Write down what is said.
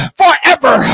forever